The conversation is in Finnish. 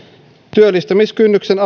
työllistämiskynnyksen